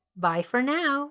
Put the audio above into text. bye for now!